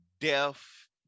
deaf